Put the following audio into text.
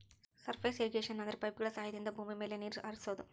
surface irrigation ಅಂದ್ರೆ ಪೈಪ್ಗಳ ಸಹಾಯದಿಂದ ಭೂಮಿ ಮೇಲೆ ನೀರ್ ಹರಿಸೋದು